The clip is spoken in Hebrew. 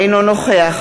אינו נוכח